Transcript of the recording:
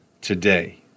today